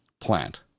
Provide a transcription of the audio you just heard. plant